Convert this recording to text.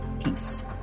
Peace